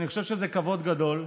אני חושב שזה כבוד גדול,